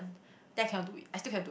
then I cannot do it I still do